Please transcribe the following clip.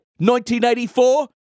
1984